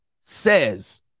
says